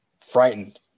frightened